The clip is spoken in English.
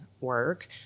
work